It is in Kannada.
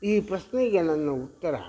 ಈ ಪ್ರಶ್ನೆಗೆ ನನ್ನ ಉತ್ತರ